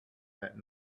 that